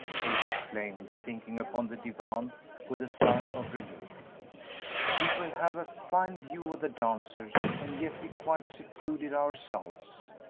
kate exclaimed, sinking upon the divan with a sigh of relief we will have a fine view of the dancers and yet be quite secluded ourselves.